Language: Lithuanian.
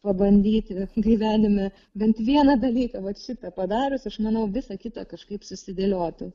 pabandyti gyvenime bent vieną dalyką vat šitą padarius aš manau visa kita kažkaip susidėliotų